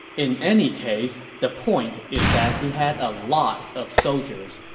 in any case, the point is that he had a lot of soldiers,